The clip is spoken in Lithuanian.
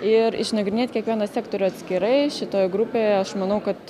ir išnagrinėt kiekvieną sektorių atskirai šitoje grupėje aš manau kad